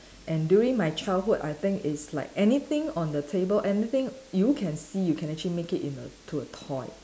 and during my childhood I think it's like anything on the table anything you can see you can actually make it in a to a toy